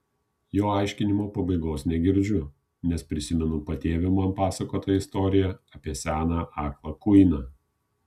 jo aiškinimo pabaigos negirdžiu nes prisimenu patėvio man pasakotą istoriją apie seną aklą kuiną